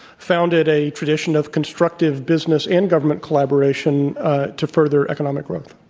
founded a tradition of constructive business and government collaboration to further economic growth.